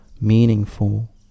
meaningful